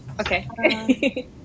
Okay